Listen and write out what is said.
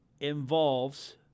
involves